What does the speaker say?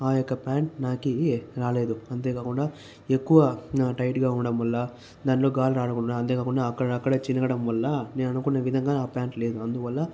ఆ యొక్క ప్యాంటు నాకి రాలేదు అంతే కాకుండా ఎక్కువ నా టైట్గా ఉండడం వల్ల దానిలో గాలి రాకుండా అంతే కాకుండా అక్కడ అక్కడ చినిగడం వల్ల నేను అనుకున్న విధంగా ఆ ప్యాంట్ లేదు అందువల్ల